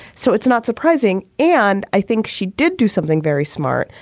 so it's not surprising. and i think she did do something very smart.